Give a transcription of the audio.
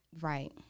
Right